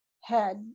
head